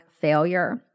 failure